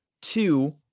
two